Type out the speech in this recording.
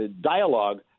dialogue